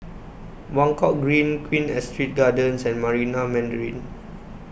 Buangkok Green Queen Astrid Gardens and Marina Mandarin